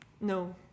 No